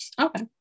Okay